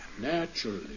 Naturally